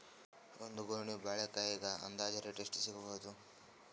ಒಂದ್ ಗೊನಿ ಬಾಳೆಕಾಯಿಗ ಅಂದಾಜ ರೇಟ್ ಎಷ್ಟು ಸಿಗಬೋದ?